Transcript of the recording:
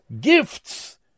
gifts